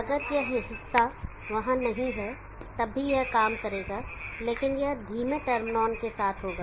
अगर यह हिस्सा वहां नहीं है तब भी यह काम करेगा लेकिन यह धीमे टर्न ऑन के साथ होगा